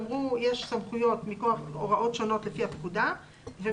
אמרו: יש סמכויות מכוח הוראות שונות לפי הפקודה וכל